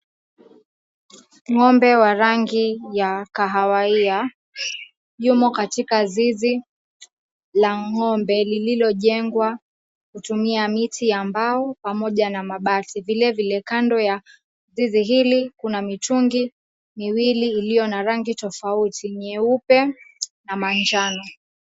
Ng'ombe wa rangi ya kahawaia yumo katika zizi la ng'ombe lililojengwa kutumia miti ya mbao pamoja na mabati. Vilevile kando ya zizi hili kuna mitungi miwili iliyona rangi tofauti nyeupe na manjano.